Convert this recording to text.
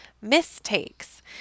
mistakes